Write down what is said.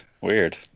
Weird